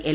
L